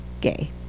gay